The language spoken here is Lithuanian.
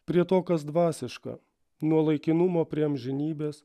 prie to kas dvasiška nuo laikinumo prie amžinybės